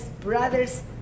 brothers